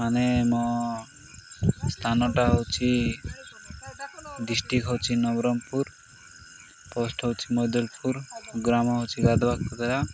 ମାନେ ମୋ ସ୍ଥାନଟା ହେଉଛି ଡିଷ୍ଟ୍ରିକ୍ଟ ହେଉଛି ନବରଙ୍ଗପୁର ପୋଷ୍ଟ ହେଉଛି ମଦଲପୁର ଗ୍ରାମ ହେଉଛି ଗାଧୁବାକୁଦରା